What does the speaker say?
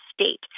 state